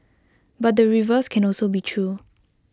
but the reverse can also be true